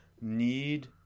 need